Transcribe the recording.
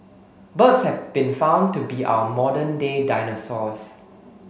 birds have been found to be our modern day dinosaurs